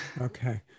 Okay